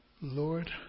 Lord